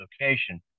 location